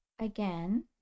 Again